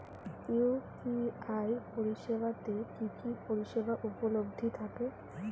UPI পরিষেবা তে কি কি পরিষেবা উপলব্ধি থাকে?